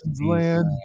land